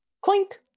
Clink